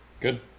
Good